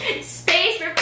Space